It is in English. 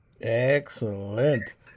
Excellent